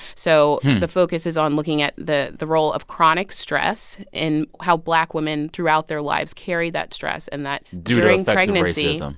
so the focus is on looking at the the role of chronic stress and how black women throughout their lives carry that stress and that during pregnancies. um